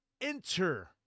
enter